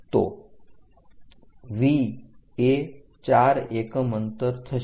તો V એ 4 એકમ અંતર થશે